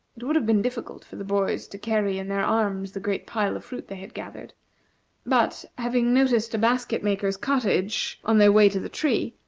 it would have been difficult for the boys to carry in their arms the great pile of fruit they had gathered but, having noticed a basket-maker's cottage on their way to the tree,